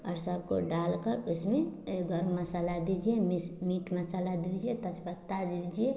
और सबको डालकर उसमें गर्म मसाला दीजिए मिस मीट मसाला दीजिए तेजपत्ता दीजिए